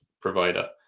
provider